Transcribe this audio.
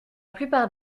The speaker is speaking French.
plupart